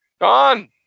gone